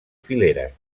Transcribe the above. fileres